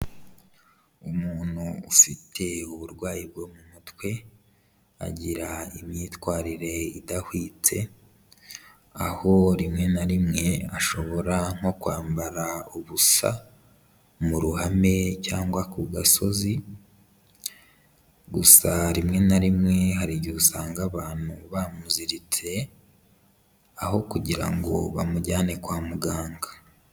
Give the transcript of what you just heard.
Umuntu ufite uburwayi bwo mu mutwe, agira imyitwarire idahwitse. Aho rimwe na rimwe ashobora nko kwambara ubusa, mu ruhame cyangwa ku gasozi; gusa rimwe na rimwe hari igihe usanga abantu bamuziritse, aho kugira ngo bamujyane kwa muganga.